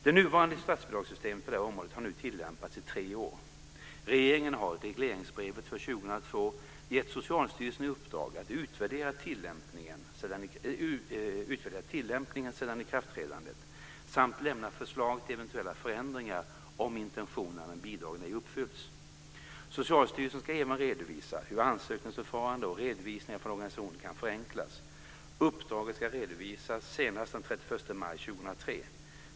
Det nuvarande statsbidragssystemet på det här området har nu tillämpats i tre år. Regeringen har i regleringsbrevet för 2002 gett Socialstyrelsen i uppdrag att utvärdera tillämpningen sedan ikraftträdandet samt lämna förslag till eventuella förändringar om intentionerna med bidragen ej uppfylls. Socialstyrelsen ska även redovisa hur ansökningsförfaranden och redovisningar från organisationerna kan förenklas. Uppdraget ska redovisas senast den 31 maj 2003.